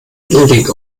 mittelding